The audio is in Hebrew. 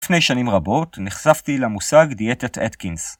לפני שנים רבות נחשפתי למושג דיאטת אתקינס.